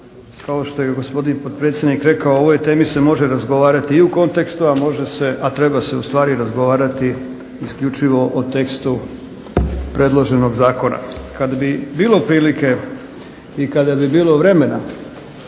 Kao što je i gospodin potpredsjednik rekao o ovoj temi se može razgovarati i u kontekstu, a može se, a treba se u stvari razgovarati isključivo o tekstu predloženog zakona. Kad bi bilo prilike i kada bi bilo vremena